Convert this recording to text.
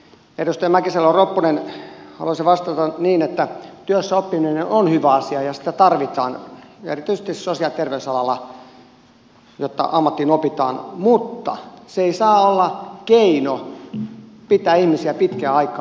edustaja mäkisalo ropponen haluaisin vastata niin että työssäoppiminen on hyvä asia ja sitä tarvitaan erityisesti sosiaali ja terveysalalla jotta ammattiin opitaan mutta se ei saa olla keino pitää ihmisiä pitkän aikaa palkatta töissä